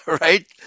right